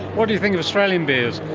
what do you think of australian beers?